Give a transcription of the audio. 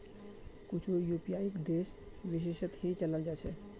कुछु यूपीआईक देश विशेषत ही चलाल जा छे